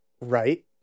right